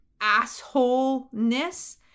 assholeness